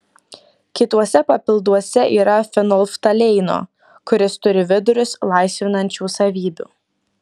kituose papilduose yra fenolftaleino kuris turi vidurius laisvinančių savybių